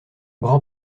grand